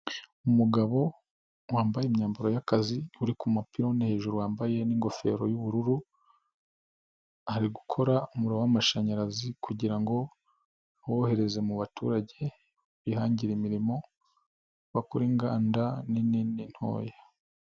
Umugabo wambaye imyambaro y'akazi uri ku kumapironi hejuru wambaye n'ingofero y'ubururu, ari gukora umuriro w'amashanyarazi kugira ngo abohereze mu baturage bihangira imirimo bakora inganda inini n'intoya.